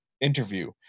interview